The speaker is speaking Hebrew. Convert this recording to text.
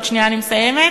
עוד שנייה אני מסיימת.